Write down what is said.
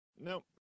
No